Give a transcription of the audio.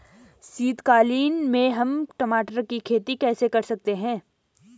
शीतकालीन में हम टमाटर की खेती कैसे कर सकते हैं?